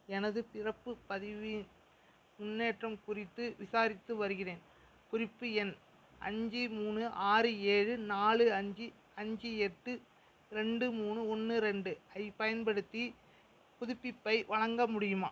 எனது பிறப்புப் பதிவின் முன்னேற்றம் குறித்து விசாரித்து வருகிறேன் குறிப்பு எண் அஞ்சு மூணு ஆறு ஏழு நாலு அஞ்சு அஞ்சு எட்டு ரெண்டு மூணு ஒன்று ரெண்டு ஐப் பயன்படுத்தி புதுப்பிப்பை வழங்க முடியுமா